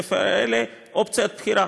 בבתי-הספר האלה אופציית בחירה,